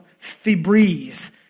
Febreze